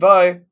Bye